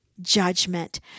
judgment